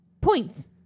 Points